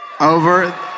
Over